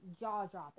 jaw-dropping